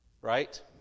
Right